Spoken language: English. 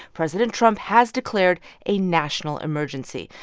president trump has declared a national emergency.